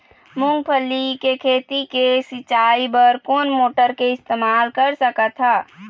मूंगफली के खेती के सिचाई बर कोन मोटर के इस्तेमाल कर सकत ह?